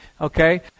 okay